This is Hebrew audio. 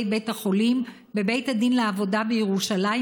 בית החולים בבית הדין לעבודה בירושלים,